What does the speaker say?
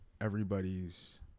everybody's